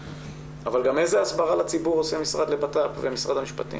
אבל גם איזו הסברה לציבור עושה המשרד לביטחון פנים ומשרד המשפטים,